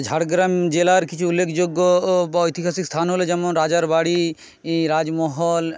ঝাড়গ্রাম জেলার কিছু উল্লেখযোগ্য বা ঐতিহাসিক স্থান হলো যেমন রাজার বাড়ি রাজমহল